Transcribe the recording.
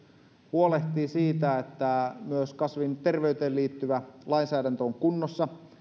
huolehti siitä että myös kasvinterveyteen liittyvä lainsäädäntö on kunnossa